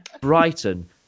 Brighton